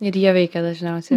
ir jie veikia dažniausiai